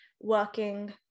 working